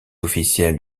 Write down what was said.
officielles